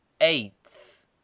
eighth